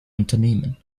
unternehmen